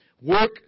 Work